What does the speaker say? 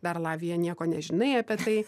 dar lavija nieko nežinai apie tai